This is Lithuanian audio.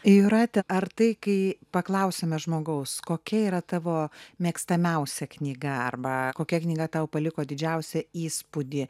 jūrate ar tai kai paklausiame žmogaus kokia yra tavo mėgstamiausia knyga arba kokia knyga tau paliko didžiausią įspūdį